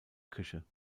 küche